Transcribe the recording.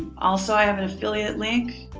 also i have an affiliate link,